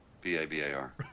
B-A-B-A-R